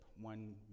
one